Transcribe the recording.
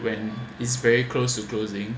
when is very close to closing